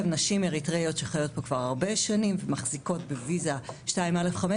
נשים אריתריאיות שחיות פה כבר הרבה שנים ומחזיקות בוויזה 2(א)(5),